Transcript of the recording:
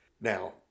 Now